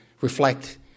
reflect